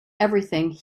everything